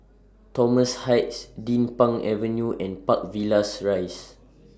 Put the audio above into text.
Thomson Heights Din Pang Avenue and Park Villas Rise